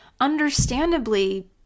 understandably